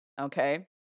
Okay